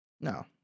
no